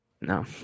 No